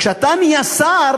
כשאתה נהיה שר